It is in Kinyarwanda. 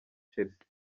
chelsea